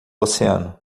oceano